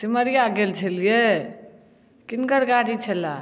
सिमरिया गेल छलियै किनकर गाड़ी छलै